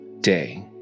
day